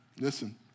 Listen